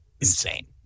insane